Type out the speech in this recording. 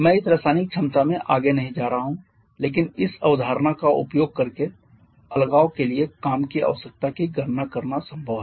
मैं इस रासायनिक क्षमता में आगे नहीं जा रहा हूं लेकिन इस अवधारणा का उपयोग करके अलगाव के लिए काम की आवश्यकता की गणना करना संभव है